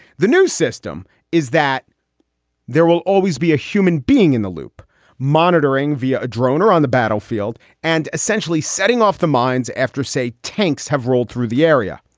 the new system is that there will always be a human being in the loop monitoring via a drone or on the battlefield and essentially setting off the mines after, say, tanks tanks have rolled through the area.